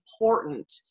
important